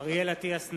(קורא בשמות חברי הכנסת) אריאל אטיאס,